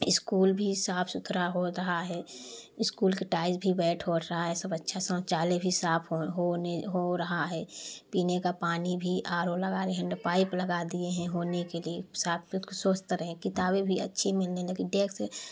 school भी साफ़ सुथरा हो रहा है स्कूल की टाईल भी बैठ हो रहा है सब अच्छा शौचालय भी साफ हो होने हो रहा है पीने का पानी भी आरो लगा रहे हैं हैण्डपाइप लगा दिए हैं होने के लिए साफ बिल्कुल स्वस्थ रहे किताबें भी अच्छी मिलने लगी डेस्क